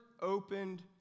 opened